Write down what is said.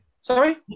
Sorry